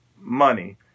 money